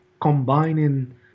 combining